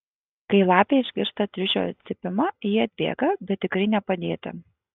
kai lapė išgirsta triušio cypimą ji atbėga bet tikrai ne padėti